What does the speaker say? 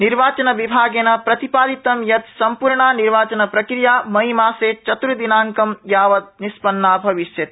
निर्वाचनविभागेन प्रतिपादितं यत सम्पूर्णा निर्वाचनप्रक्रिया मईमासे चत्र्दिनांक यावत निष्पन्ना भविष्यति